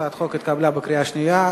הצעת החוק התקבלה בקריאה שנייה.